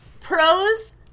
Pros